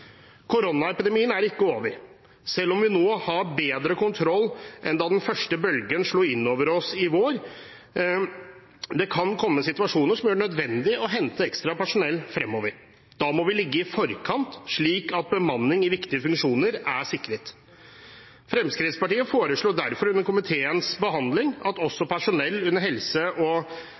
Koronaepidemien er ikke over. Selv om vi nå har bedre kontroll enn da den første bølgen slo inn over oss i vår, kan det komme situasjoner som gjør det nødvendig å hente ekstra personell fremover. Da må vi ligge i forkant, slik at bemanning i viktige funksjoner er sikret. Fremskrittspartiet foreslo derfor under komiteens behandling at også personell under helse- og